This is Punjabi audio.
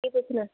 ਕੀ ਪੁੱਛਣਾ